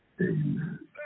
Amen